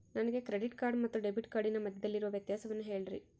ನನಗೆ credit card ಮತ್ತು debit ಕಾರ್ಡಿನ ಮಧ್ಯದಲ್ಲಿರುವ ವ್ಯತ್ಯಾಸವನ್ನು ಹೇಳ್ರಿ?